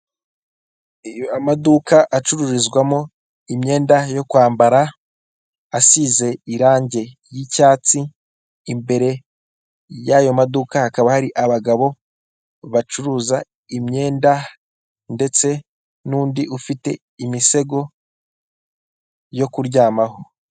Amaduka acuruzwamo imyenda yo kwambara asize irange ry'icyatsi, imbere yayo maduka hakaba hari abagabo bacuruza imyenda ndetse n'undi ufite imisego yo kuryamaho.